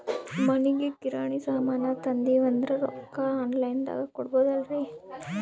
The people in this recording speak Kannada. ಮನಿಗಿ ಕಿರಾಣಿ ಸಾಮಾನ ತಂದಿವಂದ್ರ ರೊಕ್ಕ ಆನ್ ಲೈನ್ ದಾಗ ಕೊಡ್ಬೋದಲ್ರಿ?